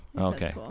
okay